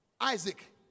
Isaac